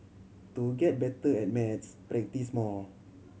to get better at maths practise more